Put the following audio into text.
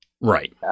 right